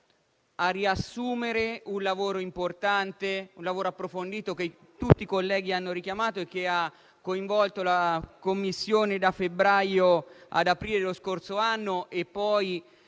a riassumere un lavoro importante e approfondito, che tutti i colleghi hanno richiamato ed ha coinvolto la Commissione da febbraio ad aprile dello scorso anno, ma